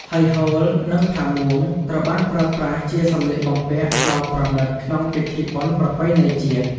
ហើយហូល និងផាមួង ត្រូវបានប្រើប្រាស់ជាសំលៀកបំពាក់ដ៏ប្រណិតក្នុងពិធីបុណ្យប្រពៃណីជាតិ។